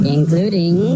Including